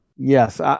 Yes